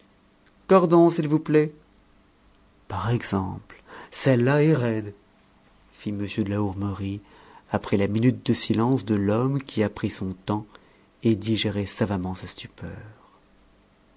cordon s'il vous plaît par exemple celle-là est raide fit m de la hourmerie après la minute de silence de l'homme qui a pris son temps et digéré savamment sa stupeur